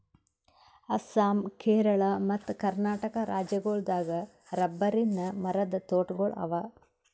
ಅಸ್ಸಾಂ ಕೇರಳ ಮತ್ತ್ ಕರ್ನಾಟಕ್ ರಾಜ್ಯಗೋಳ್ ದಾಗ್ ರಬ್ಬರಿನ್ ಮರದ್ ತೋಟಗೋಳ್ ಅವಾ